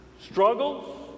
struggles